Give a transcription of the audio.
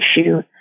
issue